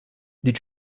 did